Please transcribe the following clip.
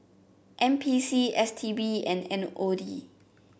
N P C S T B and M O D